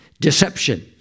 deception